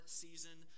season